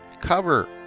cover